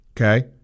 Okay